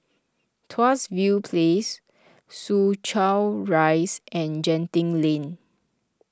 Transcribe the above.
Tuas View Place Soo Chow Rise and Genting Lane